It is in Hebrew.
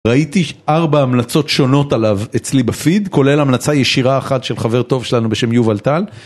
ראיתי ארבע המלצות שונות עליו אצלי בפיד, כולל המלצה ישירה אחת של חבר טוב שלנו בשם יובל טל